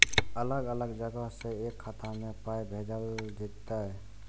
अलग अलग जगह से एक खाता मे पाय भैजल जेततै?